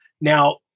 Now